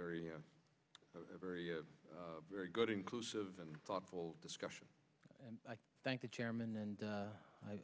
a very very very good inclusive and thoughtful discussion and i thank the chairman and